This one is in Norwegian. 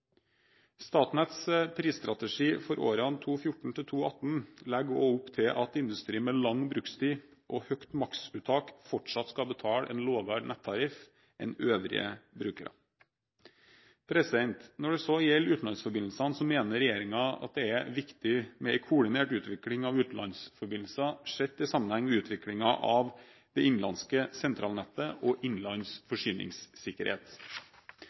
Statnetts prisstrategi for årene 2014–2018 legger også opp til at industri med lang brukstid og høyt maksuttak fortsatt skal betale en lavere nettariff enn øvrige brukere. Når det så gjelder utenlandsforbindelser, mener regjeringen at det er viktig med en koordinert utvikling av utenlandsforbindelser, sett i sammenheng med utviklingen av det innenlandske sentralnettet og innenlands forsyningssikkerhet.